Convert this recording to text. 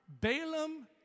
Balaam